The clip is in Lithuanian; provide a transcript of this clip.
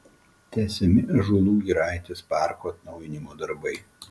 tęsiami ąžuolų giraitės parko atnaujinimo darbai